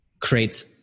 creates